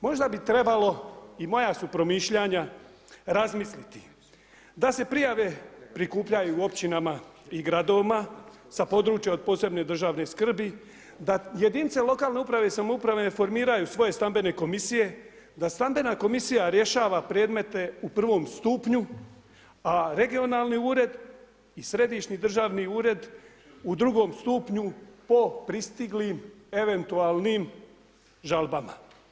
Možda bi trebalo i moja su promišljanja razmisliti da se prijave prikupljaju u općinama i gradovima sa područja od posebne državne skrbi, da jedinice lokalne uprave i samouprave formiraju svoje stambene komisije, da stambena komisija rješava predmete u prvom stupnju a Regionalni ured i Središnji državni ured u drugom stupnju po pristiglim, eventualnim žalbama.